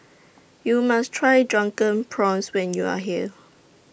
YOU must Try Drunken Prawns when YOU Are here